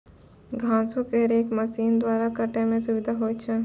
घासो क रेक मसीन द्वारा काटै म सुविधा होय छै